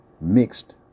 mixed